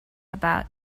about